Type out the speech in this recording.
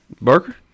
Barker